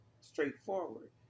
straightforward